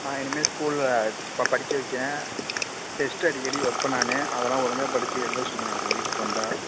நான் இனிமே ஸ்கூலில் இப்போ படிக்க வைக்கிறேன் டெஸ்ட் அடிக்கடி வைப்பேன் நான் அதெல்லாம் ஒழுங்காக படித்து எழுத சொல்லுங்கள் அவனை வீட்டுக்கு வந்தால்